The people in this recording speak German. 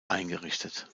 eingerichtet